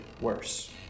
worse